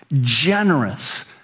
generous